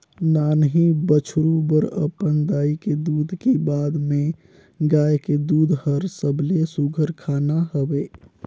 नान्हीं बछरु बर अपन दाई के दूद के बाद में गाय के दूद हर सबले सुग्घर खाना हवे